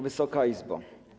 Wysoka Izbo!